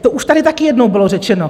To už tady taky jednou bylo řečeno.